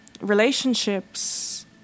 relationships